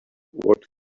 what